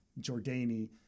Jordani